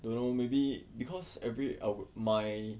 don't know maybe because every al~ my